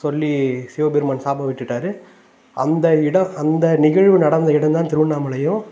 சொல்லி சிவபெருமான் சாபம் விட்டுட்டார் அந்த இடம் அந்த நிகழ்வு நடந்த இடம் தான் திருவண்ணாமலையும்